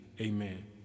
amen